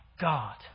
God